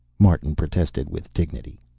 martin protested with dignity.